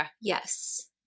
Yes